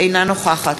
אינה נוכחת